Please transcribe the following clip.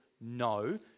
no